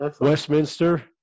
Westminster